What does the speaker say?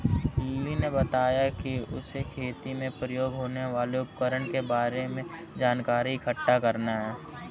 lily ने बताया कि उसे खेती में प्रयोग होने वाले उपकरण के बारे में जानकारी इकट्ठा करना है